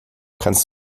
kannst